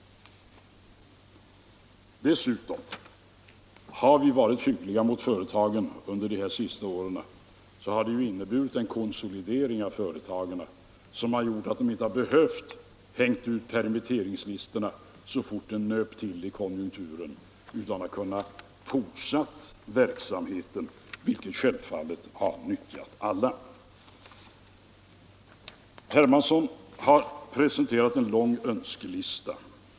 Dessutom har vi varit hyggliga mot företagen. Under de senaste åren har det inneburit en konsolidering av företagen som har gjort att de inte har behövt tänka ut permitteringslistor så fort det har nupit till i konjunkturen, utan de har kunnat fortsätta verksamheten, vilket självfallet har gagnat alla. Herr Hermansson har presenterat en lång önskelista.